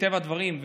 מטבע הדברים,